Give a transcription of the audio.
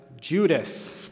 Judas